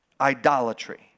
idolatry